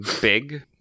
big